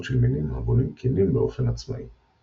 של מינים הבונים קנים באופן עצמאי;